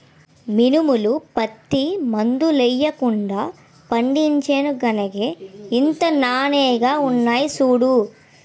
మినుములు, పత్తి మందులెయ్యకుండా పండించేను గనకే ఇంత నానెంగా ఉన్నాయ్ సూడూ